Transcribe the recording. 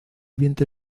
vientre